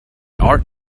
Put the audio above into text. art